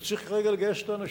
וצריך כרגע לגייס את האנשים,